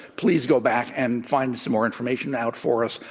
please go back and find some more information out for us,